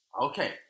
Okay